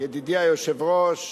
ידידי היושב-ראש,